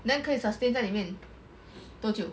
then 可以 sustain 在那里面多久